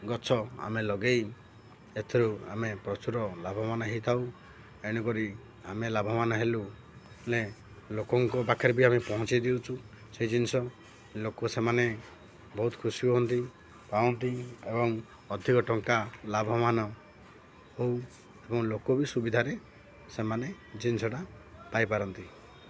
ଗଛ ଆମେ ଲଗାଇ ଏଥିରୁ ଆମେ ପ୍ରଚୁର ଲାଭବାନ ହେଇଥାଉ ଏଣୁକରି ଆମେ ଲାଭବାନ ହେଲୁ ହେ ଲୋକଙ୍କ ପାଖରେ ବି ଆମେ ପହଞ୍ଚାଇ ଦେଉଛୁ ସେଇ ଜିନିଷ ଲୋକ ସେମାନେ ବହୁତ ଖୁସି ହୁଅନ୍ତି ପାଆନ୍ତି ଏବଂ ଅଧିକ ଟଙ୍କା ଲାଭବାନ ହଉ ଏବଂ ଲୋକ ବି ସୁବିଧାରେ ସେମାନେ ଜିନିଷଟା ପାଇପାରନ୍ତି